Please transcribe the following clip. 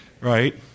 right